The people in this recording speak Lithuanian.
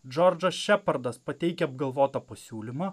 džordžas šepardas pateikia apgalvotą pasiūlymą